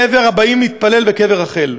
לעבר הבאים להתפלל בקבר רחל.